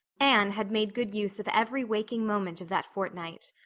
anne had made good use of every waking moment of that fortnight.